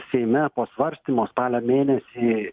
seime po svarstymo spalio mėnesį